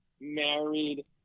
married